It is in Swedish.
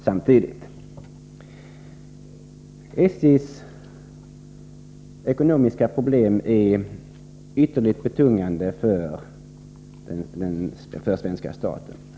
SJ:s ekonomiska problem är ytterligt betungande för svenska staten.